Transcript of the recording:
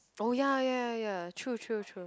oh ya ya ya true true true